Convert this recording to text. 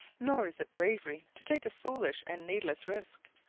nor is it bravery to take a foolish and needless risk.